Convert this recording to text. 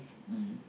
mm